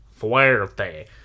fuerte